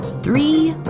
three,